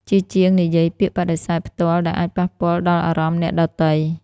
ជាជាងនិយាយពាក្យបដិសេធន៍ផ្ទាល់ ដែលអាចប៉ះពាល់ដល់អារម្មណ៍អ្នកដទៃ។